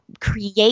create